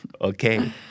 Okay